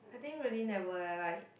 I think really never I like